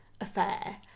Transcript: affair